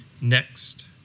Next